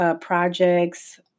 projects